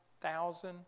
thousand